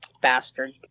Bastard